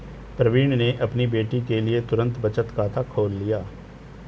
प्रवीण ने अपनी बेटी के लिए तुरंत बचत खाता खोल लिया